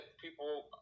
people